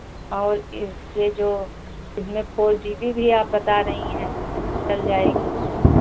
और ये ये जो इसमें फोर जी बी भी आप बता रही हैं चल जाएगी